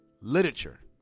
Literature